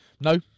No